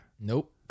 Nope